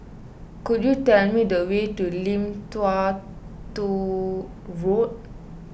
could you tell me the way to Lim Tua Tow Road